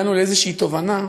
הגענו לאיזושהי תובנה